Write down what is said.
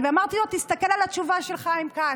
ואמרתי לו: תסתכל על התשובה של חיים כץ.